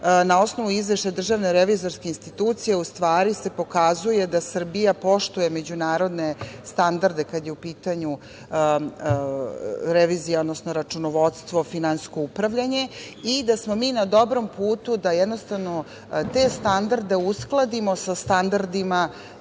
na osnovu izveštaja DRI u stvari se pokazuje da Srbija poštuje međunarodne standarde kada je u pitanju revizija odnosno računovodstvo i finansijsko upravljanje i da smo mi na dobrom putu da jednostavno te standarde uskladimo sa standardima